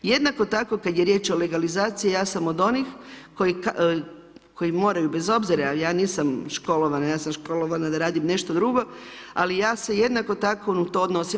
Jednako tako kad je riječ o legalizaciji, ja sam od onih koji moraju bez obzira, ja nisam školovana, ja sam školovana da radim nešto drugo, ali ja se jednako tako na to odnosim.